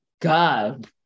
god